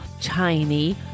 tiny